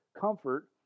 comfort